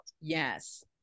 Yes